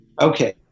Okay